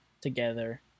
together